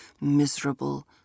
miserable